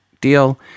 deal